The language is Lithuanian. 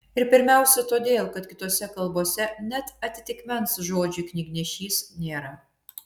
ir pirmiausia todėl kad kitose kalbose net atitikmens žodžiui knygnešys nėra